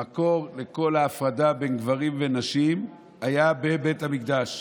המקור לכל ההפרדה בין גברים לנשים היה בבית המקדש.